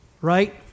Right